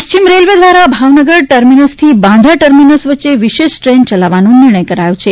પશ્ચિમ રેલવે દ્વારા ભાવનગ ટ્રમિનસથી બાંદ્રા ટર્મિનલ વચ્ચે વિશેષ ટ્રેન યલાવવાનો નિર્ણય કરાયો છે